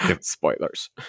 spoilers